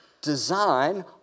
design